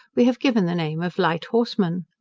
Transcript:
we have given the name of light horseman.